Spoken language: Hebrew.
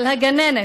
על הגננת.